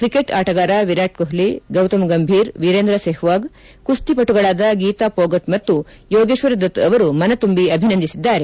cricket ಆಟಗಾರ ವಿರಾಟ್ ಕೊಟ್ಲಿ ಗೌತಮ್ ಗಂಭೀರ್ ವೀರೇಂದ್ರ ಸೇಹ್ವಾಗ್ ಕುಸ್ತಿಪಟುಗಳಾದ ಗೀತಾ ಪೋಗಟ್ ಮತ್ತು ಯೋಗೇಶ್ವರ್ ದತ್ ಅವರು ಮನತುಂಬಿ ಅಭಿನಂದಿಸಿದ್ದಾರೆ